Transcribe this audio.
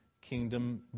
kingdom